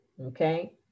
okay